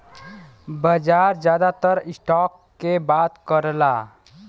बाजार जादातर स्टॉक के बात करला